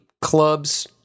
clubs